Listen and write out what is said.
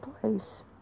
place